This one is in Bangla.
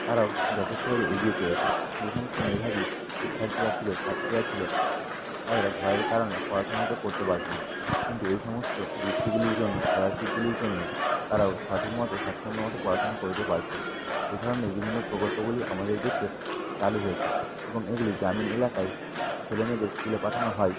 তারাও যথেষ্টভাবে এগিয়ে চলেছে যে সমস্ত মেধাবী শিক্ষার্থীরা ছিল ছাত্রীরা ছিল ভয়ের কারণে পড়াশোনা হয়তো করতে পারত না কিন্তু এই সমস্ত বৃত্তিগুলির জন্য স্কলারশিপগুলির জন্য তারাও সঠিক মতো স্বাচ্ছন্দ্য মতো পড়াশোনা করতে পারছে এই ধরনের বিভিন্ন প্রকল্পগুলি আমাদের দেশে চালু হয়েছে এবং এইগুলি গ্রামীণ এলাকায় ছেলেমেয়েদের স্কুলে পাঠানো হয়